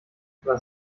was